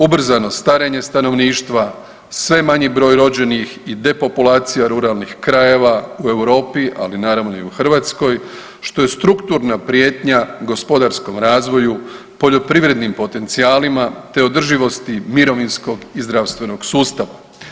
Ubrzano starenje stanovništva, sve manji broj rođenih i depopulacija ruralnih krajeva u Europi, ali naravno i u Hrvatskoj što je strukturna prijetnja gospodarskom razvoju, poljoprivrednim potencijalima te održivosti mirovinskog i zdravstvenog sustava.